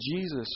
Jesus